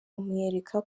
umwereka